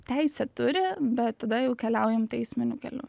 teisę turi bet tada jau keliaujam teisminiu keliu